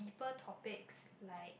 people topics like